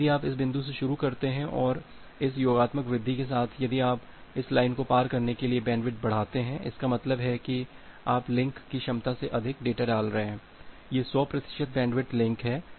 अब यदि आप इस बिंदु से शुरू करते हैं और इस योगात्मक वृद्धि के साथ यदि आप इस लाइन को पार करने के बाद बैंडविड्थ बढ़ाते हैं इसका मतलब है आप लिंक की क्षमता से अधिक डेटा डाल रहे हैं यह सौ प्रतिशत बैंडविड्थ लिंक है